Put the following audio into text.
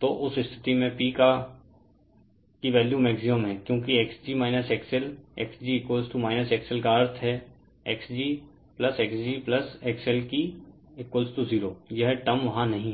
तो उस स्थिति में P का की वैल्यू मैक्सिमम है क्योंकि x g XL x g XL का अर्थ xg x g XL0 यह टर्म वहां नहीं है